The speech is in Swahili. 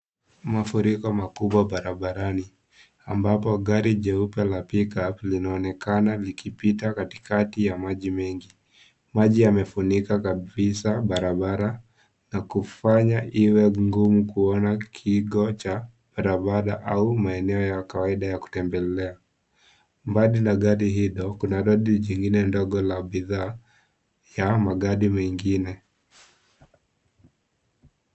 Mafuriko makubwa barabarani ambapo gari jeupe la pick -up linaonekana likipita katikati ya maji mengi. Mji yamefunika kabisa barabara na kufanya iwe ngumu kuona kigo cha barabara au maeneo ya kutembelea. Bali na gari hili kuna lori jingine ndogo la bidhaa ya magari mengine.